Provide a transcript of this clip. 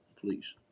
please